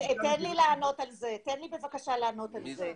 תן לי בבקשה לענות על זה.